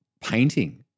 Painting